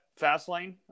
Fastlane